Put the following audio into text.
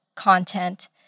content